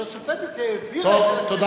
אבל השופטת העבירה את זה לכנסת.